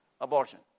abortion